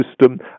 system